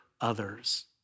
others